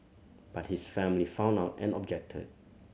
but his family found out and objected